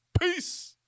Peace